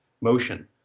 motion